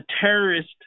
terrorist